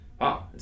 wow